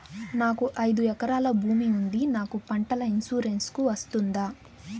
నాకు ఐదు ఎకరాల భూమి ఉంది నాకు పంటల ఇన్సూరెన్సుకు వస్తుందా?